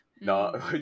No